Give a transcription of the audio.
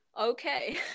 okay